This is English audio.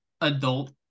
adult